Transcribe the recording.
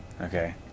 Okay